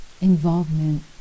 involvement